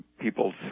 people's